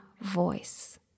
voice